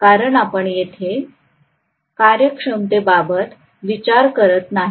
कारण आपण येथे कार्यक्षमतेबाबत विचार करत नाही